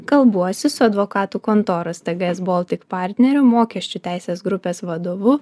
kalbuosi su advokatų kontoros tgs baltic partnerių mokesčių teisės grupės vadovu